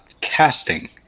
casting